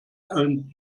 and